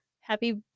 Happy